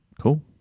Cool